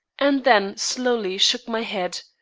and then slowly shook my head.